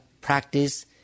practice